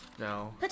No